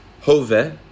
hove